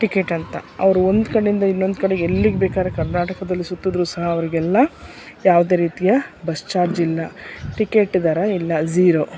ticket ಅಂತ ಅವರು ಒಂದು ಕಡೆಯಿಂದ ಇನ್ನೊಂದು ಕಡೆಗೆ ಎಲ್ಲಿಗೆ ಬೇಕಾದ್ರು ಕರ್ನಾಟಕದಲ್ಲಿ ಸುತ್ತಿದ್ರೂ ಸಹ ಅವರಿಗೆಲ್ಲ ಯಾವುದೇ ರೀತಿಯ ಬಸ್ ಚಾರ್ಜ್ ಇಲ್ಲ ಟಿಕೆಟ್ ದರ ಇಲ್ಲ ಜೀರೋ